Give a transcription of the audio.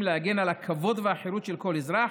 להגן על הכבוד והחירות של כל אזרח,